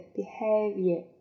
Behavior